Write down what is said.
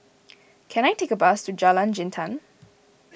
can I take a bus to Jalan Jintan